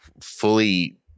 fully